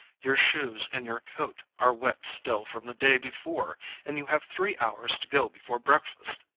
your shoes and your coat are wet still from the day before and you have three hours to go before breakfast.